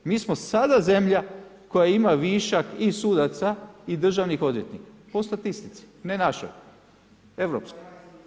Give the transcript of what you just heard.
Mi smo sada zemlja koja ima višak i sudaca i državnih odvjetnika, po statistici, ne našoj, Europskoj.